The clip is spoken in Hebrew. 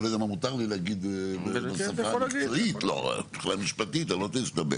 אני לא יודע מה מותר לי להגיד מבחינה משפטית ואני לא רוצה להסתבך.